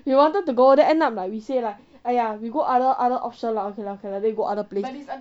we wanted to go then end up like we say like !aiya! we go other other option lah okay lah then we go other place